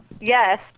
Yes